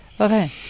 Okay